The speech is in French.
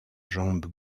jambe